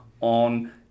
on